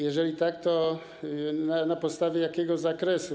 Jeżeli tak, to na podstawie jakiego zakresu?